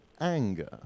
anger